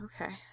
Okay